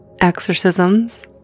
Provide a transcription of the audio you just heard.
exorcisms